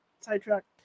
sidetracked